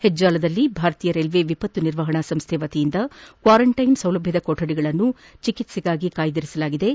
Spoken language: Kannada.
ಹೆಜ್ಜಾಲದಲ್ಲಿ ಭಾರತೀಯ ರೈಲ್ವೆ ವಿಪತ್ತು ನಿರ್ವಹಣಾ ಸಂಸ್ಥೆ ವತಿಯಿಂದ ಕ್ವಾರಂಟೈನ್ ಸೌಲಭ್ಧದ ಕೊಠಡಿಗಳನ್ನು ರೋಗಿಗಳ ಚಿಕಿತ್ಸೆಗಾಗಿ ಕಾಯ್ದಿರಿಸಿದ್ದು